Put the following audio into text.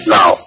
Now